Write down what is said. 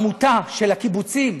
עמותה של הקיבוצים,